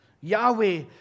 Yahweh